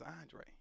Andre